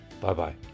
bye-bye